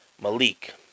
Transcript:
Malik